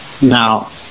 Now